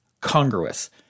congruous